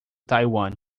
taiwan